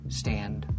stand